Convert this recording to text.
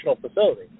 facility